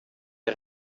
der